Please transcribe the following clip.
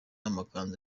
amakanzu